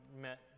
met